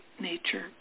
nature